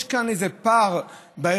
יש כאן איזה פער בערכיות,